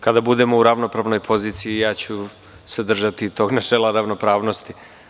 Kada budemo u ravnopravnoj poziciji, ja ću se držati tog načela ravnopravnosti.